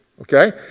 Okay